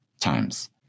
times